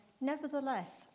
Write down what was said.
Nevertheless